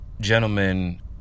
gentlemen